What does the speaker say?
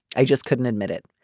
i just couldn't admit it.